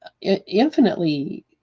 infinitely